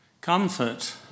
Comfort